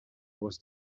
was